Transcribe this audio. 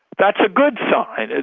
that's a good sign. ah